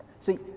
See